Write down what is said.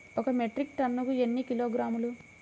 ఒక మెట్రిక్ టన్నుకు ఎన్ని కిలోగ్రాములు?